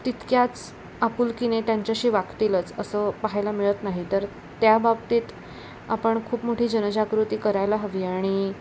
तितक्याच आपुलकीने त्यांच्याशी वागतीलच असं पाहायला मिळत नाही तर त्या बाबतीत आपण खूप मोठी जनजागृती करायला हवी आणि